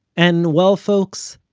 and well, folks,